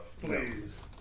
please